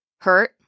hurt